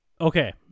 okay